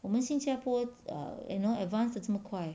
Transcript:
我们新加坡 err you know advanced 的这么快